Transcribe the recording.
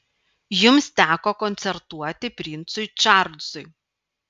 jums teko koncertuoti princui čarlzui